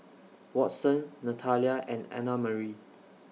Watson Natalya and Annamarie